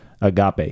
Agape